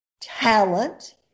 talent